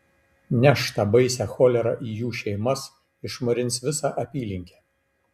neš tą baisią cholerą į jų šeimas išmarins visą apylinkę